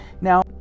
Now